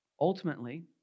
Ultimately